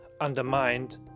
undermined